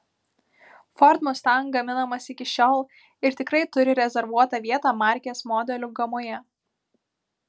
ford mustang gaminamas iki šiol ir tikrai turi rezervuotą vietą markės modelių gamoje